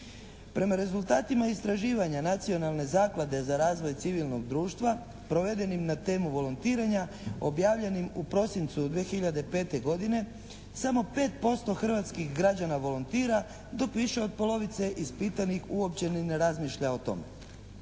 Prema rezultatima istraživanja Nacionalne zaklade za razvoj civilnog društva provedenim na temu volontiranja objavljenim u prosincu 2005. godine samo 5% hrvatskih građana volontira dok više od polovice ispitanih uopće ni ne razmišlja o tome.